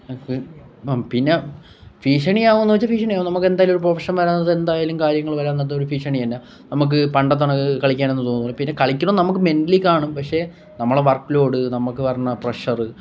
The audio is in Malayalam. പിന്നെ ഭീഷണി ആകുമോ എന്ന് ചോദിച്ചാൽ ഭീഷണിയാകും നമുക്കെന്തായാലും ഒരു പ്രഫഷൻ വരാൻ നേരത്തെന്തായാലും കാര്യങ്ങള് വരാൻ നേരത്തൊരു ഭീഷണി തന്നെയാണ് നമുക്ക് പണ്ടത്തെ കണക്ക് കളിക്കാനൊന്നും തോന്നില്ല പിന്നെ കളിക്കണം നമുക്ക് മെൻറ്റലി കാണും പക്ഷേ നമ്മുടെ വർക്ക് ലോഡ് നമുക്ക് വരുന്ന പ്രഷർ